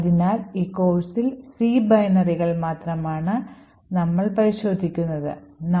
അതിനാൽ ഈ കോഴ്സിൽ C ബൈനറികൾ മാത്രമാണ് നമ്മൾ പരിശോധിക്കുന്നതിന്